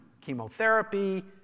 chemotherapy